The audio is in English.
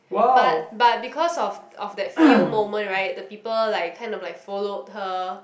but but because of of that few moment right the people like kind of like followed her